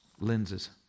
lenses